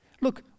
Look